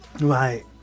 Right